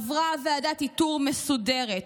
עברה ועדת איתור מסודרת.